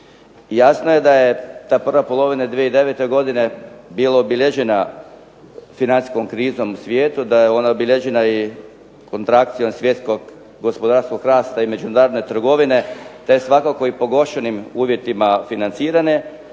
Jasno je da je ta prva polovina 2009. godine bila obilježena financijskom krizom u svijetu, da je ona obilježena i kontrakcijom svjetskog gospodarskog rasta i međunarodne trgovine, te svakako i pogoršanim uvjetima financiranja,